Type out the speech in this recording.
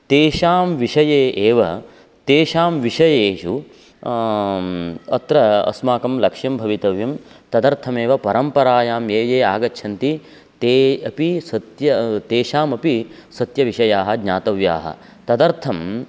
तेषां विषये एव तेषां विषयेषु अत्र अस्माकं लक्ष्यं भवितव्यं तदर्थमेव परम्परायां ये ये आगच्छन्ति ते अपि सत्य तेषामपि सत्यविषयाः ज्ञातव्याः तदर्थम्